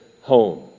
home